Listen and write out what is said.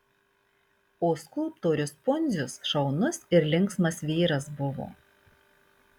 o skulptorius pundzius šaunus ir linksmas vyras buvo